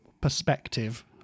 perspective